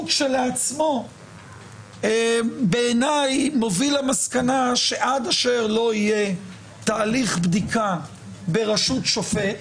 כשלעצמו בעיניי מוביל למסקנה שעד אשר לא יהיה תהליך בדיקה בראשות שופט,